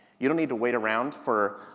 you don't need to wait around for,